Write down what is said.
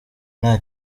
nta